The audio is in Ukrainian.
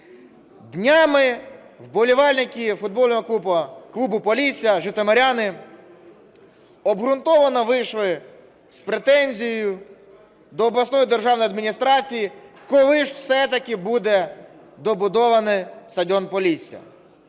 Днями вболівальники футбольного клубу "Полісся", житомиряни, обґрунтовано вийшли з претензією до обласної державної адміністрації: коли ж все-таки буде добудовано стадіон "Полісся"?